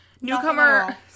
Newcomer